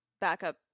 backup